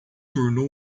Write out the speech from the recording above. tornou